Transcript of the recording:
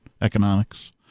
economics